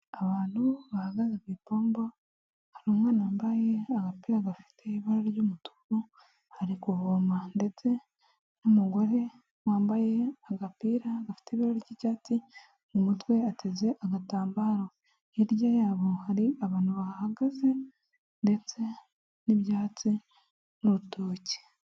Abantu bahagaze ku pombo hari umwana wambaye agapira gafite ibara ry'umutuku ari kuvoma ndetse n'umugore wambaye agapira gafite ibara ry'icyatsi, mu mutwe ateze agatambaro hirya yabo hari abantu bahahagaze ndetse n'ibyatsi n'urutoki.